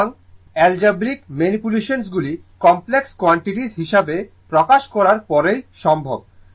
সুতরাং অ্যালগেব্রেক ম্যানিপুলেশনগুলি complex quantities হিসাবে প্রকাশ করার পরেই সম্ভব